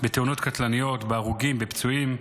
בתאונות קטלניות, בהרוגים, בפצועים.